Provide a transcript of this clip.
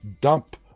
dump